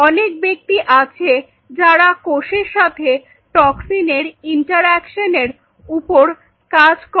অনেক ব্যক্তি আছে যারা কোষের সাথে টক্সিনের ইন্টার অ্যাকশনের উপর কাজ করে